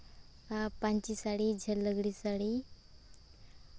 ᱯᱟᱹᱧᱪᱤ ᱥᱟᱹᱲᱤ ᱡᱷᱟᱹᱞ ᱞᱩᱜᱽᱲᱤ ᱥᱟᱹᱲᱤ